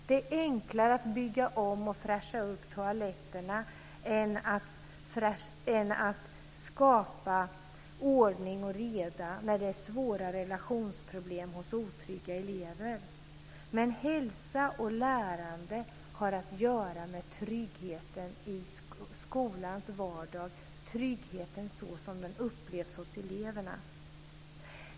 Det är enklare att bygga om och fräscha upp toaletterna än att skapa ordning och reda när det är svåra relationsproblem hos otrygga elever. Men hälsa och lärande har att göra med tryggheten i skolans vardag, tryggheten såsom den upplevs hos eleverna.